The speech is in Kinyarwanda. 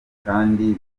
kandi